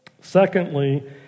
Secondly